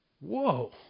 Whoa